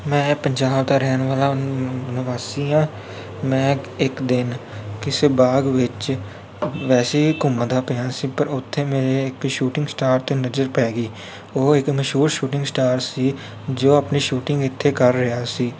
ਮੈਂ ਪੰਜਾਬ ਦਾ ਰਹਿਣ ਵਾਲਾ ਨ ਨਿਵਾਸੀ ਹਾਂ ਮੈਂ ਇੱਕ ਦਿਨ ਕਿਸੇ ਬਾਗ ਵਿੱਚ ਵੈਸੇ ਹੀ ਘੁੰਮਦਾ ਪਿਆ ਸੀ ਪਰ ਉੱਥੇ ਮੇਰੇ ਇੱਕ ਸ਼ੂਟਿੰਗ ਸਟਾਰ 'ਤੇ ਨਜ਼ਰ ਪੈ ਗਈ ਉਹ ਇੱਕ ਮਸ਼ਹੂਰ ਸ਼ੂਟਿੰਗ ਸਟਾਰ ਸੀ ਜੋ ਆਪਣੀ ਸ਼ੂਟਿੰਗ ਇੱਥੇ ਕਰ ਰਿਹਾ ਸੀ